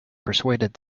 persuaded